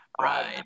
Right